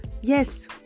yes